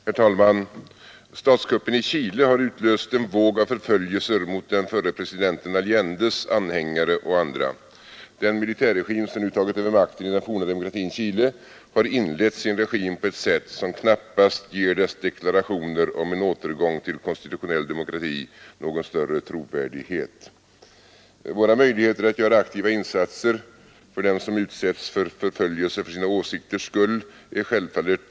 Herr talman! Statskuppen i Chile har utlöst en våg av förföljelser mot den förre presidenten Allendes anhängare och andra. Den militärregim som nu tagit över makten i den forna demokratin Chile har inlett sin regim på ett sätt som knappast ger dess deklarationer om en återgång till en konstitutionell demokrati någon större trovärdighet. Kuppen i Chile utlöste protester världen över. Under en längre tid har vi alla med oro iakttagit utvecklingen i Chile, där riskerna för antingen ett inbördeskrig eller en kupp av något slag successivt blev alltmer akuta.